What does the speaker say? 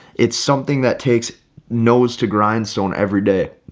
it's something that takes nose to grindstone every day.